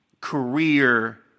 career